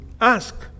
Ask